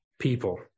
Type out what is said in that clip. people